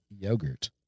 yogurt